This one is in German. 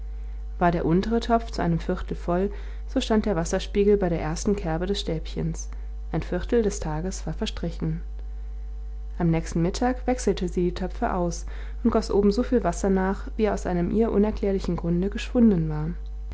war der untere topf zu einem viertel voll so stand der wasserspiegel bei der ersten kerbe des stäbchens ein viertel des tages war verstrichen am nächsten mittag wechselte sie die töpfe aus und goß oben so viel wasser nach wie aus einem ihr unerklärlichen grunde geschwunden war